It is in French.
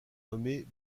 nommés